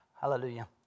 Hallelujah